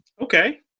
Okay